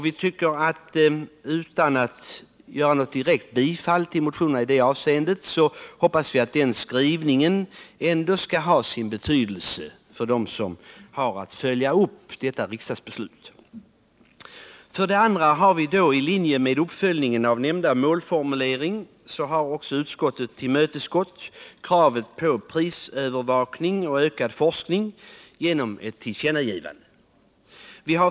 Visserligen tillstyrker vi inte direkt motionerna, men vi hoppas att den skrivning som vi har gjort skall ha sin betydelse för dem som har att följa upp riksdagsbeslutet. För det andra har utskottet i linje med uppföljningen av nämnda målformulering tillmötesgått kraven på prisövervakning och ökad forskning genom ett tillkännagivande.